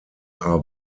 are